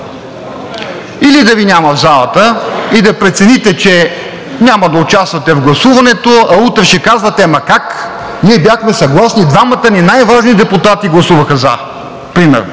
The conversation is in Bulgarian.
сега да Ви няма в залата и да прецените, че няма да участвате в гласуването, а утре ще казвате: ама как, ние бяхме съгласни, двамата ни най-важни депутати гласуваха „за“; или